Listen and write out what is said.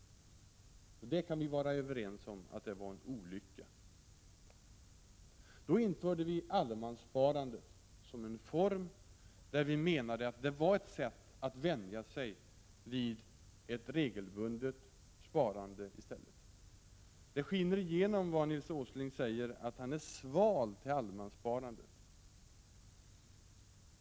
Vi kan vara överens om att det var en olycka att hushållen fick denna inställning. Vi införde då allemanssparandet som en sparform där vi menade, att det var ett sätt att vänja sig vid att regelbundet spara. Det skiner igenom i Nils Åslings uttalanden att han är sval i sin inställning till allemanssparandet.